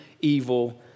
evil